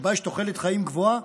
שבה יש תוחלת חיים גבוהה,